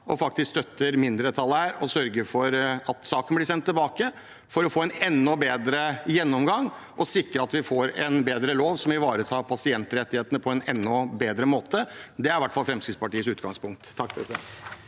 og faktisk støtter mindretallet og sørger for at saken blir sendt tilbake for å få en enda bedre gjennomgang og sikre at vi får en bedre lov som ivaretar pasientrettighetene på en enda bedre måte. Det er i hvert fall Fremskrittspartiets utgangspunkt. Presidenten